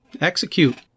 Execute